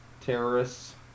Terrorists